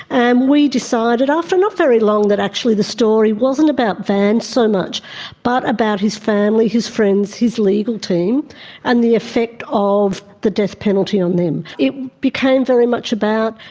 and we decided after not very long that actually the story wasn't about van so much but about his family, his friends, his legal team and the effect of the death penalty on them. it became very much about,